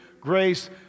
grace